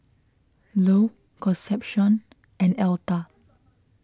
Lou Concepcion and Elta